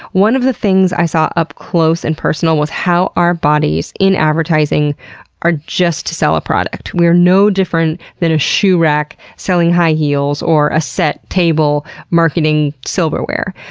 one of the things i saw up close and personal was how our bodies in advertising are just to sell a product. we are no different than a shoe rack selling high heels or a set table marketing silverware.